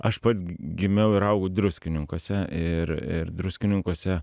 aš pats gimiau ir augau druskininkuose ir ir druskininkuose